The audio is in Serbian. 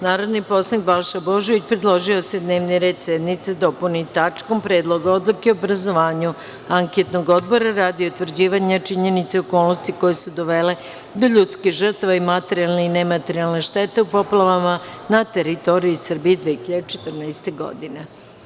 Narodni poslanik Balša Božović predložio je da se dnevni red sednice dopuni tačkom – Predlog odluke o obrazovanju Anketnog odbora radi utvrđivanja činjenica i okolnosti koje su dovele do ljudskih žrtava i materijalne i nematerijalne štete u poplavama na teritoriji Srbije 2014. godine.